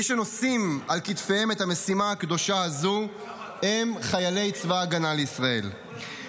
מי שנושאים על כתפיהם את המשימה הקדושה הזאת הם חיילי צבא הגנה לישראל,